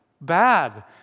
bad